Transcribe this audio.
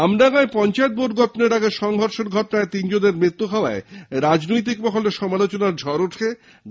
আমডাঙায় পঞ্চায়েতের বোর্ড গঠনের আগে সংঘর্ষের ঘটনায় তিনজনের মৃত্যু হওয়ায় রাজনৈতিক মহলে সমালোচনার ঝড় উঠেছে